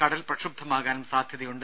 കടൽ പ്രക്ഷുബ്ധമാകാനും സാധ്യതയുണ്ട്